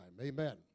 Amen